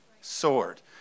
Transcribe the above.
sword